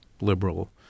liberal